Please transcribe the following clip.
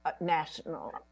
national